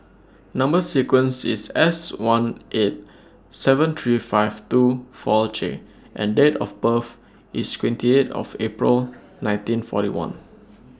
Number sequence IS S one eight seven three five two four J and Date of birth IS twenty eight of April nineteen forty one